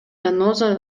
заноза